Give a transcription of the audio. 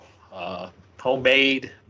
homemade